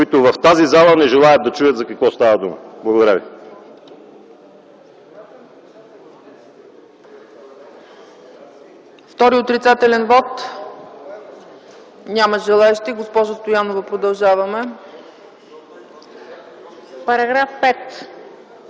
които в тази зала не желаят да чуят за какво става дума. Благодаря ви.